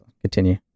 Continue